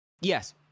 Yes